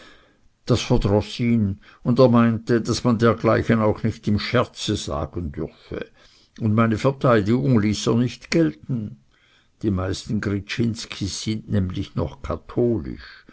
das verdroß ihn und er meinte daß man dergleichen auch nicht im scherze sagen dürfe und meine verteidigung ließ er nicht gelten die meisten gryczinskis sind nämlich noch katholisch